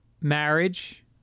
marriage